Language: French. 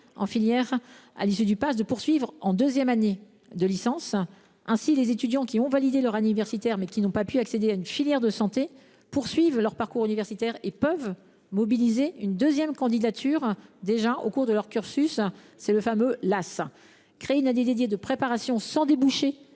en filière à l’issue du Pass, de poursuivre en deuxième année de licence. Ainsi, les étudiants qui ont validé leur année universitaire, mais qui n’ont pas pu accéder à une filière de santé, poursuivent leur parcours et peuvent mobiliser une deuxième candidature au cours de leur cursus : c’est la fameuse licence accès santé (LAS). Créer une année dédiée de préparation sans débouché